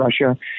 Russia